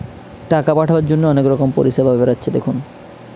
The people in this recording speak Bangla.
টাকা পাঠাবার জন্যে অনেক রকমের পরিষেবা বেরাচ্ছে দেখুন